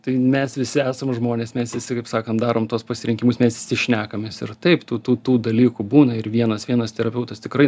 tai mes visi esam žmonės mes visi kaip sakant darom tuos pasirinkimus nes šnekamės ir taip tų tų tų dalykų būna ir vienas vienas terapeutas tikrai